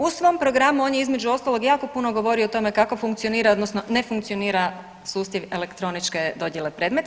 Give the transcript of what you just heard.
U svom programu on je između ostalog jako puno govorio o tome kako funkcionira odnosno ne funkcionira sustav elektroničke dodijele predmeta.